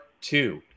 two